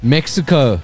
Mexico